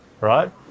right